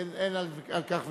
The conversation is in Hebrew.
אין על כך ויכוח.